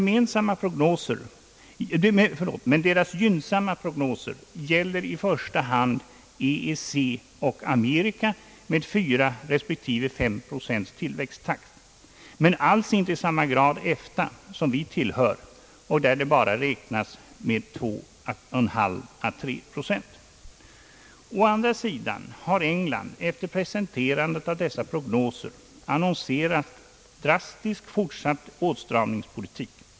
Men deras gynnsamma prognoser gäller i första hand EEC och Amerika, med fyra respektive fem procents tillväxttakt, men alls inte i samma grad EFTA, som vi tillhör och där det bara räknas med 2,5 å 3 procents tillväxt. Å andra sidan har England efter presenterandet av dessa prognoser annonserat drastisk fortsatt åtstramningspolitik.